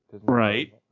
Right